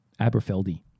Aberfeldy